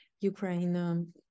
Ukraine